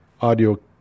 audio